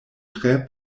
tre